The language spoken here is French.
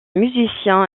musicien